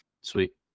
Sweet